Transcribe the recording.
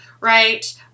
right